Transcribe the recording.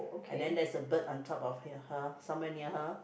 and then there's a bird on top of h~ her somewhere near her